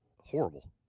horrible